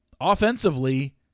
offensively